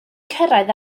cyrraedd